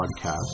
podcast